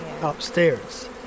upstairs